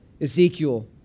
Ezekiel